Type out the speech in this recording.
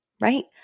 right